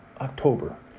October